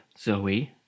Zoe